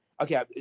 Okay